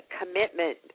commitment